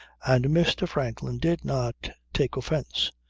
and mr. franklin did not take offence.